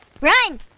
Run